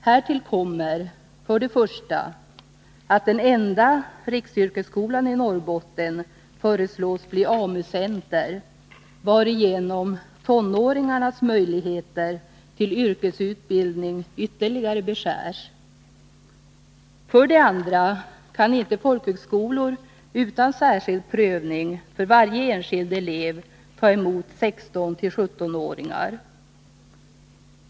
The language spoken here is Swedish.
Härtill kommer för det första att den enda riksyrkesskolan i Norrbotten föreslås bli AMU-center, varigenom tonåringars möjligheter till yrkesutbildning ytterligare beskärs. För det andra kan inte folkhögskolor utan särskild prövning för varje enskild elev ta emot 16-17-åringar.